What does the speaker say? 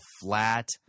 flat